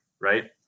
right